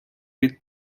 від